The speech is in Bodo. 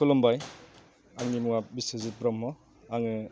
खुलुमबाय आंनि मुङा बिस्वजित ब्रह्म आङो